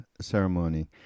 ceremony